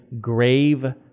grave